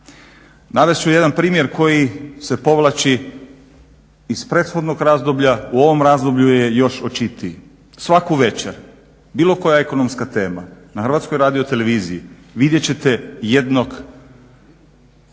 Navest ću jedan primjer koji se povlači iz prethodnog razdoblja. U ovom razdoblju je još očitiji. Svaku večer bilo koja ekonomska tema na Hrvatskoj radioteleviziji vidjet ćete jednog,